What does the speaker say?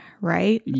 right